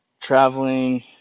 traveling